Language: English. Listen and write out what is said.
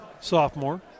sophomore